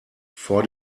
vor